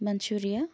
Manchuria